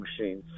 machines